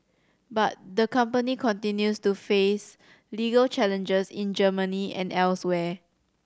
but the company continues to face legal challenges in Germany and elsewhere